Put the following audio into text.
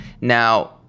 Now